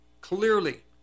clearly